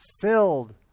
filled